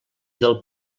del